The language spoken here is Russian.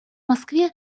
москве